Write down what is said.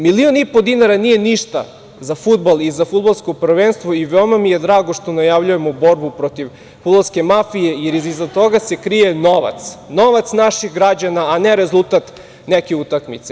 Milion i po dinara nije ništa za fudbal i za fudbalsko prvenstvo i veoma mi je drago što najavljujemo borbu protiv fudbalske mafije, jer iza toga se krije novac, novac naših građana, a ne rezultat neke utakmice.